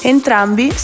Entrambi